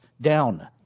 down